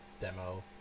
demo